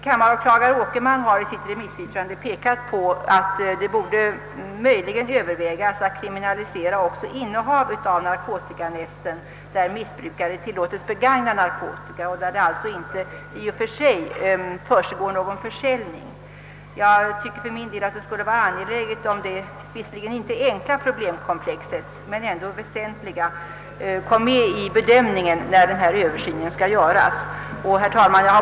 Kammaråklagare Åkerman har i sitt remissyttrande pekat på att det bör övervägas, om man inte också skall kriminalisera innehav av narkotikanästen, där missbrukare tillåtes begagna narkotika, men där det inte försiggår någon direkt försäljning. Jag anser det angeläget att detta visserligen inte enkla men mycket väsentliga problemkomplex tages med vid bedömningen, när den föreslagna översynen skall göras. Herr talman!